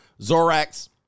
Zorax